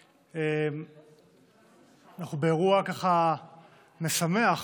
הדברים, אנחנו באירוע משמח